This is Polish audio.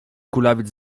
kulawiec